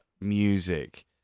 music